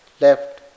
left